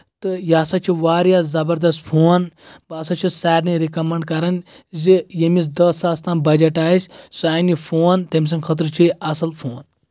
تہٕ یہِ ہسا چھُ واریاہ زَبردست فون بہٕ ہسا چھُس سارنٕے رِکمنٛڈ کران زِ ییٚمِس دہ ساس تام بجٹ آسہِ سُہ انہِ یہِ فون تٔمۍ سٕنٛدِ خٲطرٕچھُ یہِ اَصٕل فون